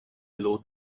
load